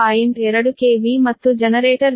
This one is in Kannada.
2 KV ಮತ್ತು ಜನರೇಟರ್ ರಿಯಾಕ್ಟನ್ಸ್ 0